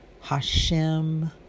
Hashem